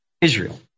Israel